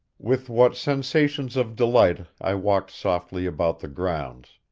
with what sensations of delight i walked softly about the grounds,